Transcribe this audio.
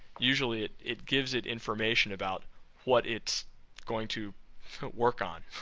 usually it it gives it information about what it's going to work on.